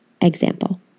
example